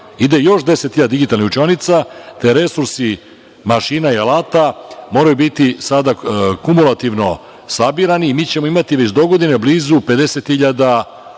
ide još 10.000 digitalnih učionica, te resursi mašina i alata moraju biti sada kumulativno sabirani i mi ćemo imati već dogodine blizu 50.000 ozbiljno